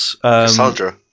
Cassandra